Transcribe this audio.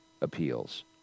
appeals